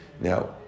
Now